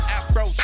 Afro